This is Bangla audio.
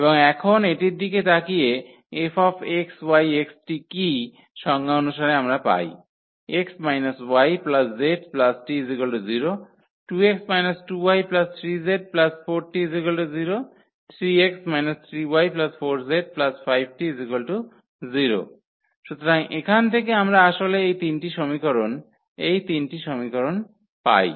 এবং এখন এটির দিকে তাকিয়ে 𝐹xyxt কী সংজ্ঞা অনুসারে আমরা পাই সুতরাং এখান থেকে আমরা আসলে এই 3 টি সমীকরণ এই 3 টি সমীকরণ পাই